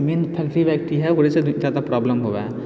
मेन factory वैक्टरी हइ वएहसँ ज्यादा प्रॉब्लम होवै हइ